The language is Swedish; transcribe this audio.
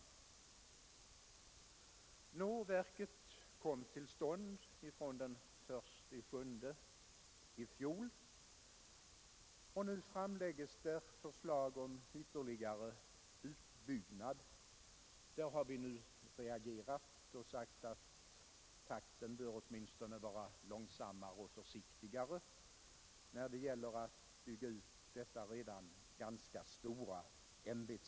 Nå, verket kom till stånd från den 1 juli i fjol, och nu föreslås en 37 ytterligare utbyggnad. Detta har vi reagerat emot och sagt att takten bör åtminstone vara långsammare och försiktigare när det gäller att bygga ut detta redan ganska stora ämbetsverk.